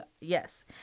yes